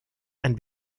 and